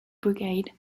brigade